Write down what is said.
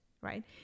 right